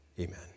Amen